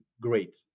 great